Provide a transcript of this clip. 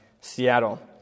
Seattle